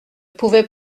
pouvait